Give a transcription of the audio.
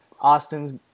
Austin's